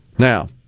Now